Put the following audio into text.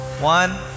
One